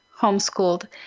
homeschooled